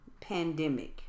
pandemic